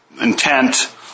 intent